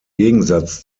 gegensatz